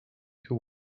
who